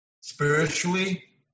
spiritually